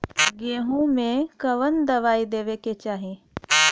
गेहूँ मे कवन दवाई देवे के चाही?